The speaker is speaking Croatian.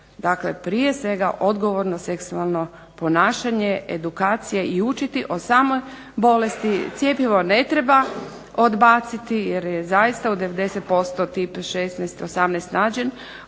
Dakle, prije svega odgovorno seksualno ponašanje, edukacija i učiti o samoj bolesti. Cjepivo ne treba odbaciti jer je zaista od 90% tip 16, 18 nađen